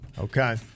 Okay